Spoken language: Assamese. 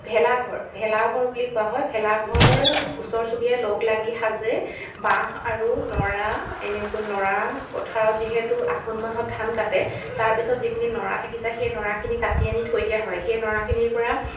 ভেলাঘৰ ভেলাঘৰ বুলি কোৱা হয় ভেলাঘৰ ওচৰ চুবুৰীয়াই লগ লাগি সাজে বাঁহ আৰু নৰা এনেকৈ নৰা পথাৰত যিহেতু আঘোণ মাহত ধান কাটে তাৰপিছত যিখিনি নৰা থাকি যায় সেই নৰাখিনি কাটি আনি থৈ দিয়া হয় সেই নৰাখিনিৰ পৰা